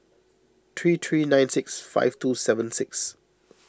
three three nine six five two seven six